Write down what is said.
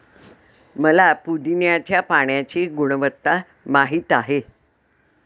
मला पुदीन्याच्या पाण्याची गुणवत्ता माहित आहे